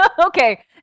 Okay